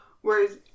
whereas